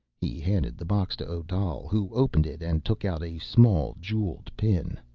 he handed the box to odal, who opened it and took out a small jeweled pin.